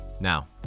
Now